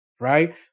right